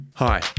Hi